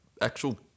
actual